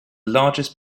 largest